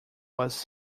was